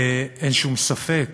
ואין שום ספק